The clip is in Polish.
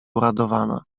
uradowana